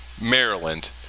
Maryland